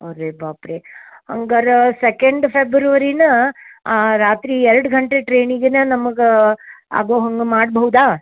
ಅರ್ರೇ ಬಾಪ್ರೇ ಹಾಂಗಾರ ಸೆಕೆಂಡ್ ಫೆಬ್ರುವರಿನೆ ರಾತ್ರಿ ಎರಡು ಗಂಟೆ ಟ್ರೈನಿಗೆನೇ ನಮಗೆ ಆಗೋ ಹಂಗೆ ಮಾಡಬಹುದಾ